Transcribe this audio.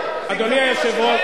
אדוני היושב-ראש,